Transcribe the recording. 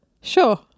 sure